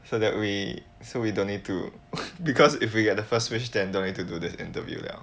so that we so we don't need to because if we get the first wish than don't need to do this interview liao